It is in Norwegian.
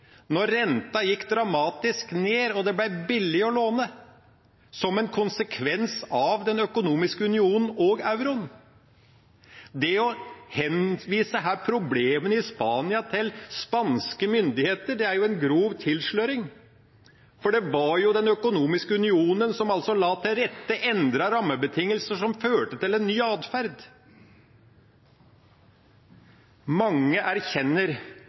renta gikk dramatisk ned og det ble billig å låne, som en konsekvens av den økonomiske unionen og euroen. Det å henvise problemene i Spania til spanske myndigheter er en grov tilsløring, for det var den økonomiske unionen som la til rette for endrede rammebetingelser, som førte til en ny atferd. Mange erkjenner